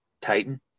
Titan